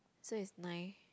so is nine